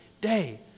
day